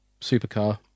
supercar